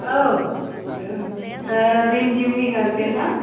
औ रिमजिमनि गारजेनना